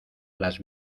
las